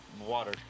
water